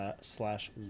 slash